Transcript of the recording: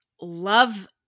love